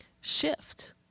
shift